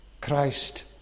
Christ